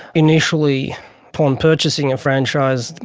initially upon purchasing a franchise,